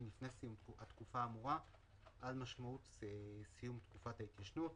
לפני סיום התקופה האמורה על משמעות סיום תקופת ההתקשרות